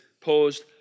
posed